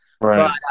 Right